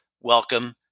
welcome